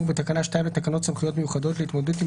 בתקנה 2 לתקנות סמכויות מיוחדות להתמודדות עם